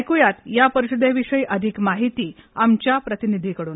एकुयात या परिषदेविषयीची अधिक माहिती आमच्या प्रतिनिधीकडून